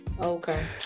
okay